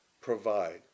provide